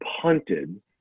punted